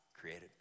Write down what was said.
created